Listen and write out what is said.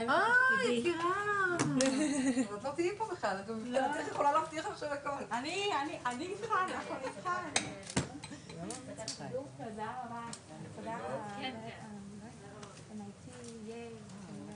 11:17.